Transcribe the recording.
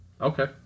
Okay